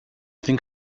think